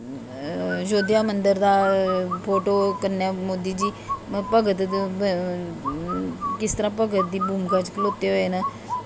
अयोध्या मंदर दा कन्नै फोटो मोदी जी भगत किस तरहां भगत दी भूमिका च खलोते दे न